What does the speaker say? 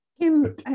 Kim